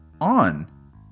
on